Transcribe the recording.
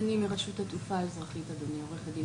ואחרי זה גם למשרדים